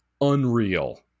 unreal